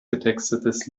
getextetes